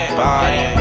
body